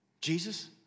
Jesus